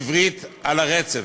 "עברית על הרצף".